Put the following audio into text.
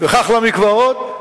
וכך למקוואות,